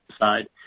side